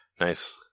Nice